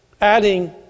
adding